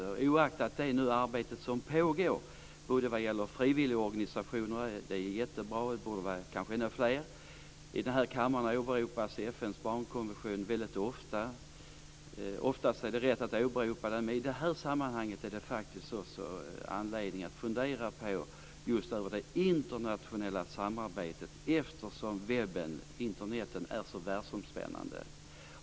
Arbete pågår nu t.ex. vad gäller frivilligorganisationer - det är jättebra, och det kanske borde vara fler. FN:s barnkonvention åberopas ofta i kammaren. Oftast är det rätt att åberopa den, men i det här sammanhanget finns det anledning att fundera över det internationella samarbetet eftersom Internet är så världsomspännande.